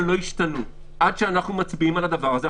לא ישתנו עד שאנחנו מצביעים על הדבר הזה,